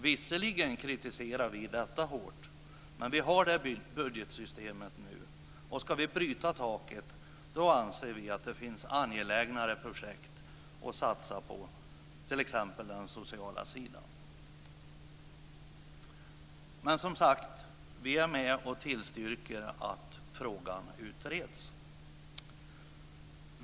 Visserligen kritiserar vi detta hårt, men vi har det budgetsystemet nu, och om vi ska bryta taket så anser vi att det finns angelägnare projekt att satsa på, t.ex. på den sociala sidan. Vi tillstyrker, som sagt, att frågan utreds.